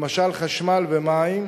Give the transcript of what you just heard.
למשל, חשמל ומים,